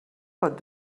pot